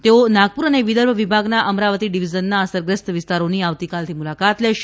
તેઓ નાગપુર અને વિદર્ભ વિભાગના અમરાવતી ડિવિઝનના અસરગ્રસ્ત વિસ્તારોની આવતીકાલથી મુલાકાત લેશે